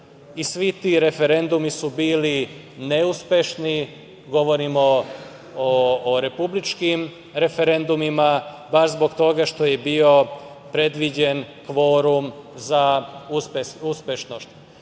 i svi ti referendumi su bili neuspešni, govorim o republičkim referendumima, baš zbog toga što je bio predviđen kvorum za uspešnost. Poslednji